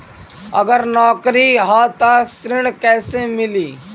अगर नौकरी ह त ऋण कैसे मिली?